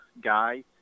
guy